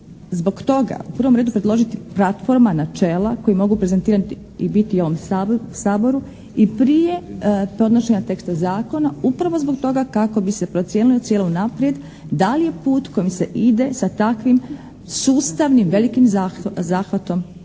zbog toga u prvom redu predložiti platforma načela koje mogu prezentirati i biti u ovom Saboru i prije podnošenja teksta zakona upravo zbog toga kako bi se procijenilo i ocijenilo unaprijed da li je put kojim se ide sa takvim sustavnim velikim zahvatom